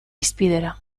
hizpidera